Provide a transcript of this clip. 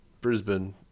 Brisbane